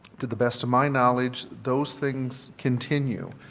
to the best of my knowledge those things continue.